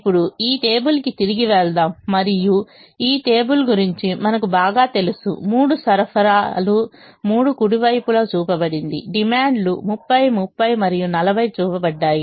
ఇప్పుడు ఈ టేబుల్కి తిరిగి వెళ్దాం మరియు ఈ టేబుల్ గురించి మనకు బాగా తెలుసు మూడు సరఫరాలు మూడు కుడి వైపుల చూపబడింది డిమాండ్లు 30 30 మరియు 40 చూపబడ్డాయి